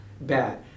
Bad